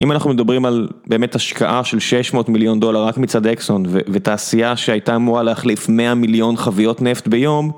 אם אנחנו מדברים על באמת השקעה של 600 מיליון דולר רק מצד אקסון ותעשייה שהייתה אמורה להחליף 100 מיליון חוויות נפט ביום